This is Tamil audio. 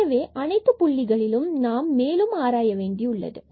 எனவே அனைத்து புள்ளிகளையும் நாம் மேலும் ஆராயவேண்டியுள்ளது